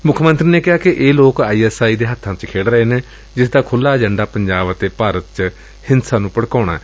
ਮੁੱਖ ਮੰਤਰੀ ਨੇ ਕਿਹਾ ਕਿ ਇਹ ਲੋਕ ਆਈਐਸਆਈ ਦੇ ਹੱਬਾਂ ਵਿੱਚ ਖੇਡ ਰਹੇ ਨੇ ਜਿਸ ਦਾ ਖੁਲ੍ਹਾ ਏਜੰਡਾ ਪੰਜਾਬ ਅਤੇ ਭਾਰਤ ਵਿੱਚ ਹਿੰਸਾ ਨੂੰ ਭੜਕਾਉਣਾ ਏ